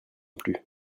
plus